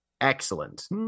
Excellent